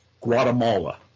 Guatemala